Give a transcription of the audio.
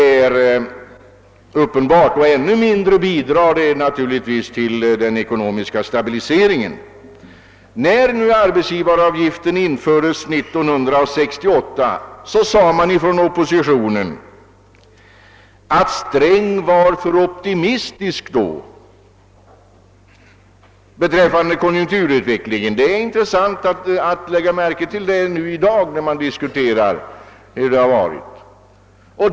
Ännu mindre bidrar det naturligtvis till den ekonomiska stabiliseringen. När arbetsgivaravgiften infördes 1968 sade oppositionen, att herr Sträng var för optimistisk beträffande konjunkturutvecklingen. Det är intressant att notera detta i dag när man diskuterar hur det har varit.